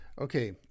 Okay